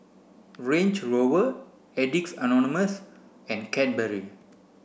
Range Rover Addicts Anonymous and Cadbury